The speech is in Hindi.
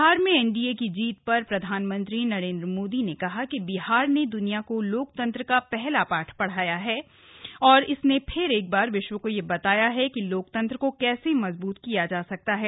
बिहार में एनडीए की जीत पर प्रधानमंत्री नरेन्द्र मोदी ने कहा कि बिहार ने द्रनिया को लोकतंत्र का पहला पाठ पढ़ाया था और इसने फिर विश्व को यह बताया है कि लोकतंत्र को कैसे मजबूत किया जा सकता है